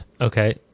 Okay